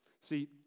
See